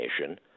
nation